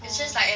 oh